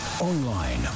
online